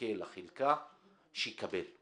שמחכה לחלקה, שיקבל.